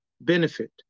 benefit